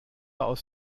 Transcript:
aus